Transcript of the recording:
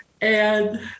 and-